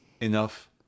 enough